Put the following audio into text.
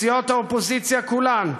סיעות האופוזיציה כולן,